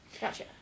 gotcha